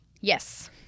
Yes